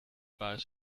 paar